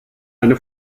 eine